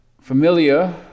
familiar